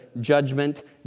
judgment